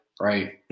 right